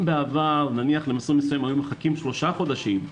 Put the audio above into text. אם בעבר היו מחכים למסלול מסוים 3 חודשים,